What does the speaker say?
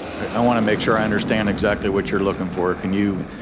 i wanna make sure i understand exactly what you're looking for, can you